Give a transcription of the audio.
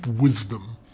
wisdom